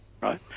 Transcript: Right